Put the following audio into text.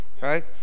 Right